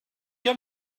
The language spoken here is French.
qu’à